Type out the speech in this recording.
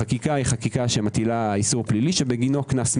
החקיקה מטילה איסור פלילי שבגינו קנס מינהלי.